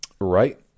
Right